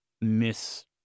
miss